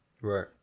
Right